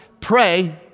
Pray